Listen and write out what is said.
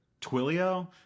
Twilio